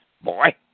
Boy